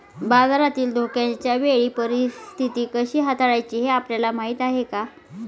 बाजारातील धोक्याच्या वेळी परीस्थिती कशी हाताळायची हे आपल्याला माहीत आहे का?